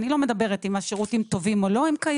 אני לא אומרת אם השירותים טובים או לא אבל הם קיימים.